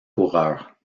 coureur